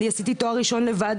אני עשיתי תואר ראשון לבד.